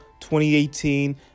2018